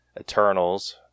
Eternals